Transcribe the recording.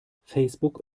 facebook